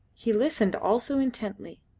he listened also intently.